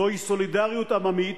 זוהי סולידריות עממית